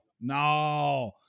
No